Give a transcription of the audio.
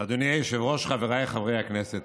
אדוני היושב-ראש, חבריי חברי הכנסת,